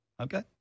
Okay